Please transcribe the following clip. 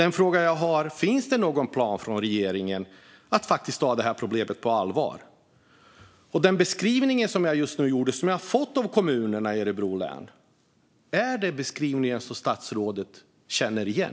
Den fråga som jag har är: Finns det någon plan från regeringen att faktiskt ta detta problem på allvar? Den beskrivning som jag just nu har gjort och som jag har fått av kommunerna i Örebro län, är det en beskrivning som statsrådet känner igen?